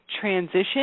transition